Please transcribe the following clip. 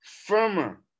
firmer